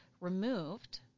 removed